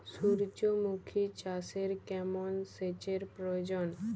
সূর্যমুখি চাষে কেমন সেচের প্রয়োজন?